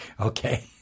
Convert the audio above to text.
Okay